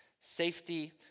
safety